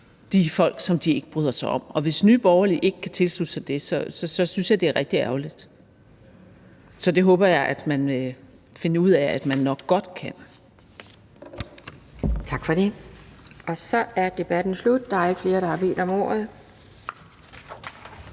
de folk, som de ikke bryder sig om. Og hvis Nye Borgerlige ikke kan tilslutte sig det, synes jeg det er rigtig ærgerligt. Så det håber jeg at man finder ud af at man nok godt kan. Kl. 12:17 Anden næstformand (Pia Kjærsgaard): Tak for det. Så er debatten slut. Der er ikke flere, der har bedt om ordet.